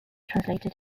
translated